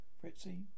Fritzy